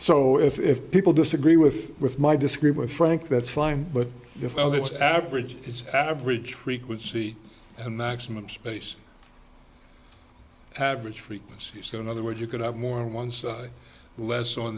so if people disagree with with my disagree with frank that's fine but if it's average it's average frequency and maximum space average frequency so in other words you could have more on one side less on